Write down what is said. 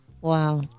Wow